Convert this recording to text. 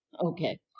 Okay